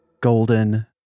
golden